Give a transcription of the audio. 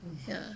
ya